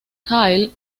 kyle